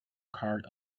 cart